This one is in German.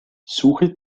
suche